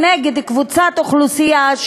נגד קבוצת אוכלוסייה,